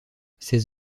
ses